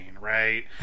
right